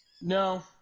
No